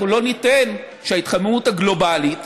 אנחנו לא ניתן שההתחממות הגלובלית,